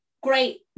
great